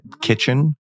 kitchen